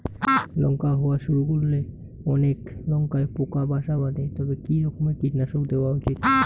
লঙ্কা হওয়া শুরু করলে অনেক লঙ্কায় পোকা বাসা বাঁধে তবে কি রকমের কীটনাশক দেওয়া উচিৎ?